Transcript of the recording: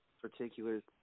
particular